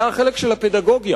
היה החלק של הפדגוגיה.